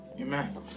Amen